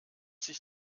sich